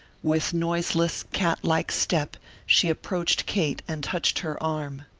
with noiseless, cat-like step she approached kate and touched her arm.